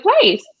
place